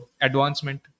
advancement